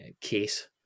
case